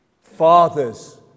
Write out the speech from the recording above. Fathers